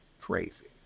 crazy